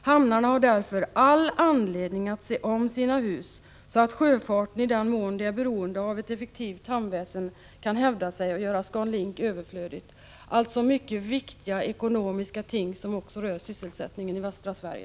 Hamnarna har därför all anledning att se om sina hus så att sjöfarten —i den mån den är beroende av ett effektivt hamnväsen — kan hävda sig och göra Scan Link överflödig.” Det är alltså mycket viktiga ekonomiska frågor som också rör sysselsättningen i västra Sverige.